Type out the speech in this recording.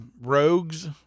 rogues